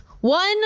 One